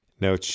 No